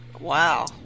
Wow